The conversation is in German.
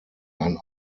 ein